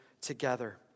together